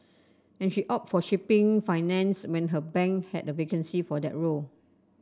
and she opted for shipping financing when her bank had a vacancy for that role